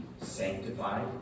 sanctified